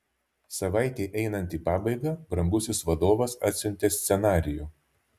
savaitei einant į pabaigą brangusis vadovas atsiuntė scenarijų